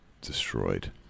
destroyed